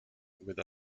with